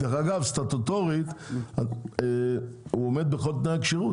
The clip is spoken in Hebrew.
דרך אגב, סטטוטורית, הוא עומד בכל תנאיי הכשירות.